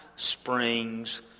Springs